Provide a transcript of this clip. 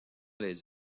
les